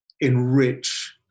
enrich